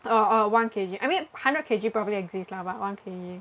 oh oh one K_G I mean hundred K_G probably exists lah but one K_G